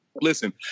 listen